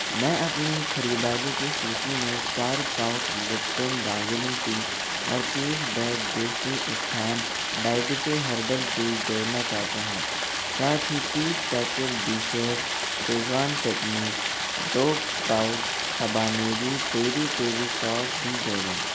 मैं अपनी ख़रीदारी की सूची में चार पाउच लिप्टन दार्जिलिंग टी और तीस बैग देसी उत्थान डाईबटी हर्बल टी जोड़ना चाहता हूँ साथ ही तीस पैकेट बीशेफ़ शेज़वान चटनी दो pouch habanero peri peri sauce भी जोड़ें